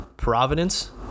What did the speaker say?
providence